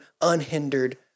unhindered